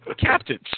Captains